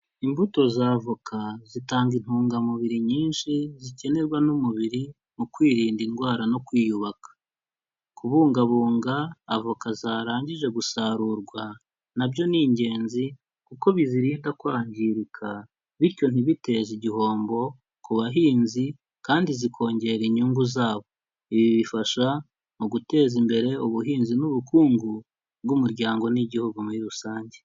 Imbuto za avoka zitanga intungamubiri nyinshi zikenerwa n'umubiri mu kwirinda indwara no kwiyubaka. Kubungabunga avoka zarangije gusarurwa na byo ni ingenzi kuko bizirinda kwangirika bityo ntibiteze igihombo ku bahinzi kandi zikongera inyungu zabo. Ibi bifasha mu guteza imbere ubuhinzi n'ubukungu bw'umuryango n'igihugu muri rusange.